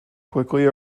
quickly